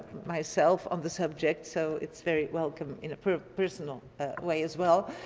myself, on the subject. so it's very welcome personal way as well.